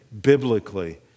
biblically